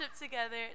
together